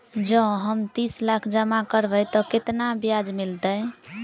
जँ हम तीस लाख जमा करबै तऽ केतना ब्याज मिलतै?